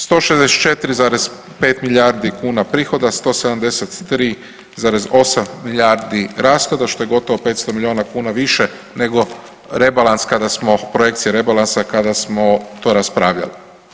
164,5 milijardi kuna prihoda, 173,8 milijardi rashoda, što je gotovo 500 milijuna kuna više nego Rebalans kada smo, projekcije rebalansa kada smo to raspravljali.